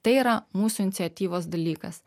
tai yra mūsų iniciatyvos dalykas